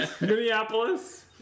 Minneapolis